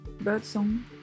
birdsong